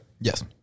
Yes